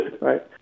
right